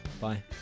bye